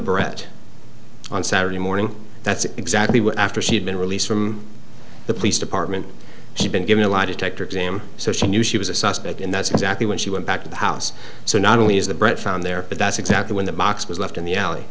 barrette on saturday morning that's exactly what after she'd been released from the police department she'd been given a lie detector exam so she knew she was a suspect and that's exactly when she went back to the house so not only is the bread found there but that's exactly when the box was left in the alley